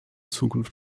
zukunft